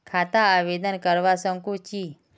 खाता आवेदन करवा संकोची?